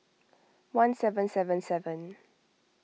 one seven seven seven